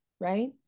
Right